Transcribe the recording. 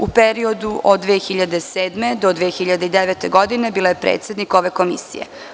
U periodu od 2007. do 2009. godine bila je predsednik ove Komisije.